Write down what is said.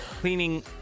Cleaning